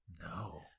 No